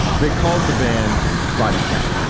they called the band body count.